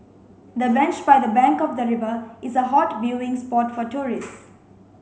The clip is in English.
the bench by the bank of the river is a hot viewing spot for tourists